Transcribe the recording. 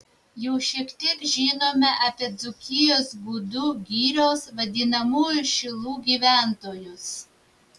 jau šiek tiek žinome apie dzūkijos gudų girios vadinamųjų šilų gyventojus